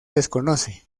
desconoce